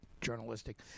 journalistic